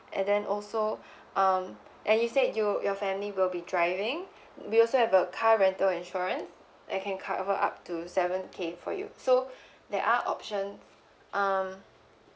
and then also um and you said you your family will be driving we also have a car rental insurance that can cover up to seven K for you so there are option um